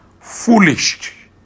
foolish